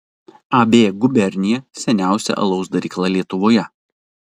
ab gubernija seniausia alaus darykla lietuvoje